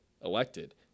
elected